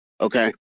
okay